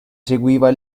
seguiva